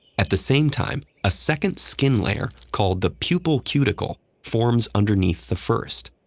at the same time, a second skin layer called the pupal cuticle forms underneath the first.